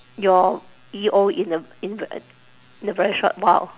your E_O in a inver~ in a very short while